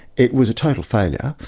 it was a total failure,